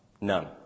None